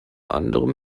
anderem